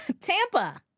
Tampa